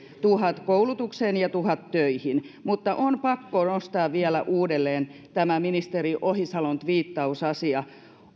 tuhat koulutukseen ja tuhat töihin on pakko nostaa vielä uudelleen tämä ministeri ohisalon tviittausasia